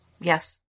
Yes